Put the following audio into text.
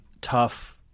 tough